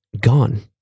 gone